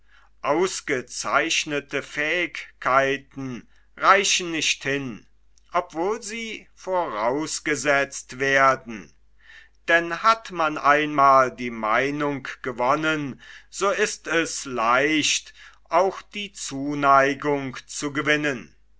ausgezeichnete fähigkeiten reichen nicht hin obwohl sie vorausgesetzt werden denn hat man einmal die meinung gewonnen so ist es leicht auch die zuneigung zu gewinnen